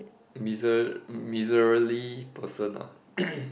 miser~ miserly person ah